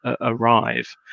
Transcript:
arrive